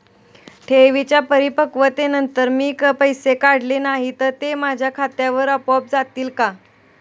ठेवींच्या परिपक्वतेनंतर मी पैसे काढले नाही तर ते माझ्या खात्यावर आपोआप जातील का?